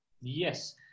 Yes